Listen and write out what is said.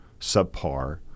subpar